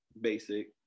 Basic